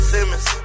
Simmons